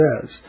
says